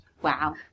Wow